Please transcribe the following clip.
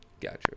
Gotcha